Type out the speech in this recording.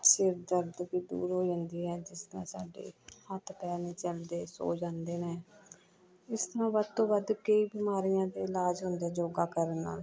ਸਿਰ ਦਰਦ ਵੀ ਦੂਰ ਹੋ ਜਾਂਦਾ ਹੈ ਜਿਸ ਤਰ੍ਹਾਂ ਸਾਡੇ ਹੱਥ ਪੈਰ ਨਹੀਂ ਚੱਲਦੇ ਸੌਂ ਜਾਂਦੇ ਨੇ ਇਸ ਤਰ੍ਹਾਂ ਵੱਧ ਤੋਂ ਵੱਧ ਕਈ ਬਿਮਾਰੀਆਂ ਦੇ ਇਲਾਜ ਹੁੰਦੇ ਯੋਗਾ ਕਰਨ ਨਾਲ